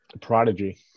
Prodigy